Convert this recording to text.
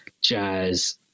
jazz